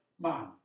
man